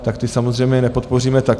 Tak ty samozřejmě nepodpoříme taky.